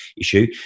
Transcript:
issue